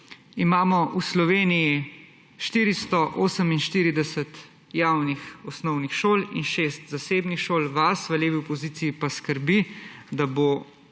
imamo v Sloveniji 448 javnih osnovnih šol in šest zasebnih šol, vas v levi opoziciji pa skrbi, da bo